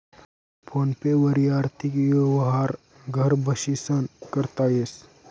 phone पे वरी आर्थिक यवहार घर बशीसन करता येस